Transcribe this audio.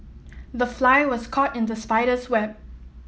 the fly was caught in the spider's web